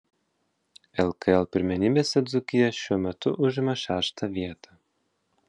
lkl pirmenybėse dzūkija šiuo metu užima šeštą vietą